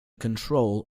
control